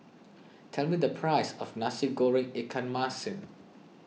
tell me the price of Nasi Goreng Ikan Masin